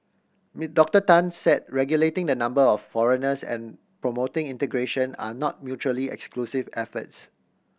Doctor Tan said regulating the number of foreigners and promoting integration are not mutually exclusive efforts